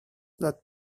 that